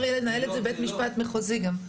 יהיה לנהל את זה בבית משפט מחוזי גם.